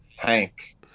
Hank